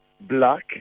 black